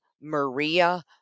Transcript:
Maria